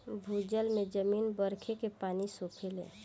भूजल में जमीन बरखे के पानी सोखेले